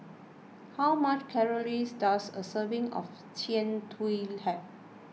How many calories does a serving of Jian Dui have